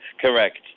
Correct